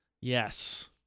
Yes